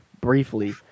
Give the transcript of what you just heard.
briefly